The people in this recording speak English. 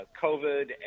COVID